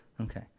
Okay